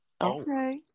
okay